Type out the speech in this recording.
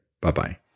Bye-bye